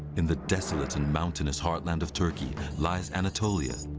in the desolate and mountainous heartland of turkey lies anatolia.